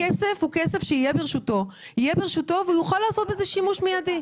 הכסף הוא כסף שיהיה ברשותו והוא יוכל לעשות בזה שימוש מיידי.